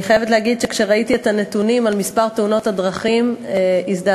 אני חייבת להגיד שכשראיתי את הנתונים על מספר תאונות הדרכים הזדעזעתי.